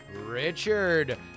Richard